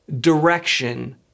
direction